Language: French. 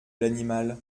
l’animal